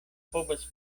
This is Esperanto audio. povas